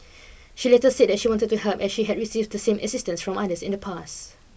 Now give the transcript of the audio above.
she later said that she wanted to help as she had received the same assistance from others in the past